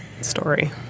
story